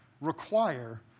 require